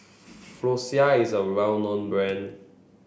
Floxia is a well known brand